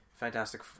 Fantastic